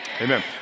Amen